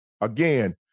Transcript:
Again